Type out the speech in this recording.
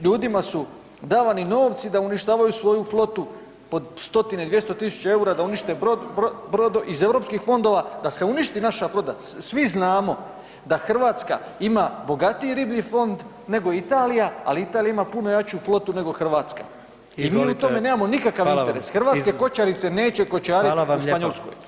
Ljudima su davani novci da uništavaju svoju flotu po 100-tine, 200 tisuća eura da unište brod, .../nerazumljivo/... iz EU fondova da se uništi naša flota, svi znamo, da Hrvatska ima bogatiji riblji fond nego Italija, ali Italija ima puno jaču flotu nego Hrvatska [[Upadica: Izvolite.]] i mi u tome nemamo nikakav interes [[Upadica: Hvala vam.]] hrvatske kočarice neće kočariti [[Upadica: Hvala vam lijepo.]] u Španjolskoj.